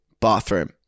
bathroom